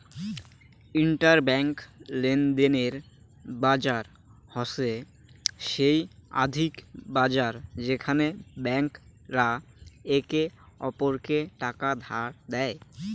inter bank লেনদেনের বাজার হসে সেই আর্থিক বাজার যেখানে ব্যাংক রা একে অপরকে টাকা ধার দেই